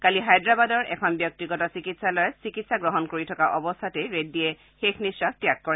কালি হায়দৰাবাদৰ এখন ব্যক্তিগত চিকিৎসালয়ত চিকিৎসা গ্ৰহণ কৰি থকা অৱস্থাতে ৰেড্ডীয়ে শেষ নিখাস ত্যাগ কৰে